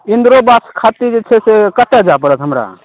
इन्द्रो आवास खातिर जे छै से कतऽ जाए पड़त हमरा